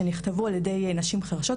שנכתבו על ידי נשים חרשות.